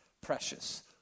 precious